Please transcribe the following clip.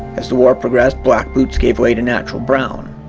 as the war progressed black boots gave way to natural brown.